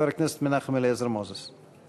חבר הכנסת מנחם אליעזר מוזס.